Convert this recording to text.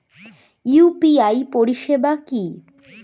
UPI পরিষেবা কি?